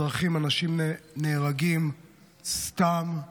בדרכים אנשים נהרגים סתם,